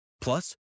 Plus